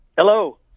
Hello